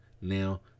Now